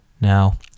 Now